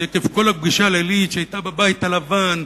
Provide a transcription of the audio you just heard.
עקב כל הפגישה הלילית שהיתה בבית הלבן,